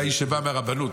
אתה איש שבא מהרבנות,